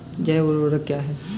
जैव ऊर्वक क्या है?